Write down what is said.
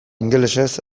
ingelesez